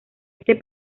este